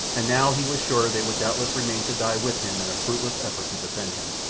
and now he was sure they would doubtless remain to die with him in a fruitless effort to defend him.